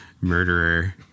murderer